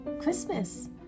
Christmas